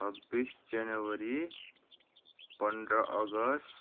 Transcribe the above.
छब्बिस जेनवरी पन्ध्र अगस्ट